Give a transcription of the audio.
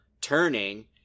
turning